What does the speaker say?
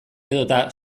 edota